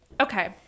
Okay